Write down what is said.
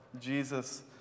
Jesus